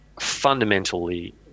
fundamentally